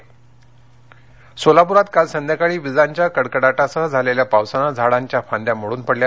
पाऊस सोलापुरात काल संध्याकाळी वीजांच्या कडकडाटासह झालेल्या पावसामुळं झाडांच्या फांद्या मोडून पडल्या